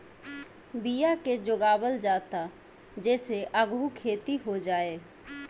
बिया के जोगावल जाता जे से आगहु खेती हो जाए